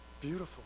beautiful